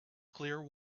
clear